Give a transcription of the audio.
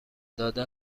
داده